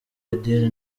adele